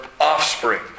offspring